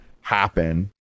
happen